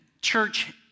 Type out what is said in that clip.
church